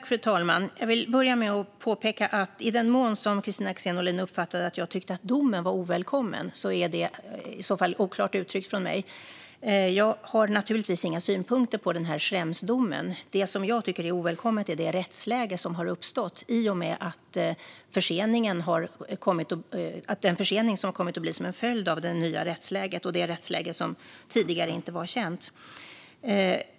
Fru talman! Jag vill börja med att påpeka något. Om Kristina Axén Olin uppfattade att jag tyckte att domen var ovälkommen har jag uttryckt mig oklart. Jag har naturligtvis inga synpunkter på Schremsdomen. Det som jag tycker är ovälkommet är det rättsläge som har uppstått, i och med att det har blivit en försening till följd av det nya rättsläget. Det är ett rättsläge som tidigare inte var känt.